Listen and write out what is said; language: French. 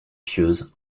pieuse